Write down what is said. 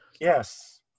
Yes